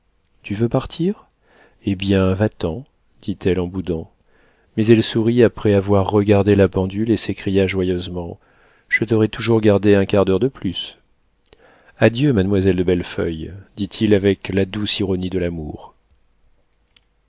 tu veux partir eh bien va-t'en dit-elle en boudant mais elle sourit après avoir regardé la pendule et s'écria joyeusement je t'aurai toujours gardé un quart d'heure de plus adieu mademoiselle de bellefeuille dit-il avec la douce ironie de l'amour